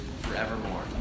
forevermore